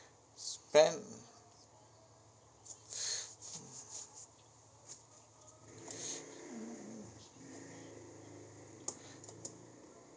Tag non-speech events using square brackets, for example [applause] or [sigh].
bank [noise]